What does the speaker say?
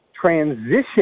transition